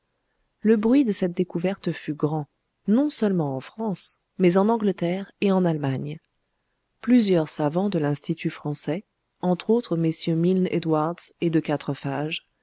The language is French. le bruit de cette découverte fut grand non seulement en france mais en angleterre et en allemagne plusieurs savants de l'institut français entre autres mm milne edwards et de